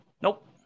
Nope